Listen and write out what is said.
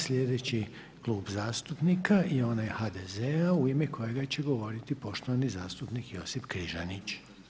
Sljedeći klub zastupnika je onaj HDZ-a u ime kojega će govoriti poštovani zastupnik Josip Križanić.